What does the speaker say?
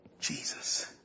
Jesus